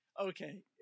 okay